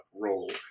role